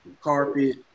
Carpet